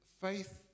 faith